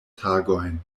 tagojn